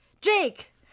Jake